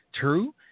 true